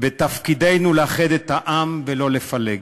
ותפקידנו לאחד את העם, ולא לפלג.